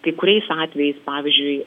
kai kuriais atvejais pavyzdžiui